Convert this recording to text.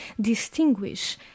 distinguish